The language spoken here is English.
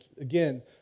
again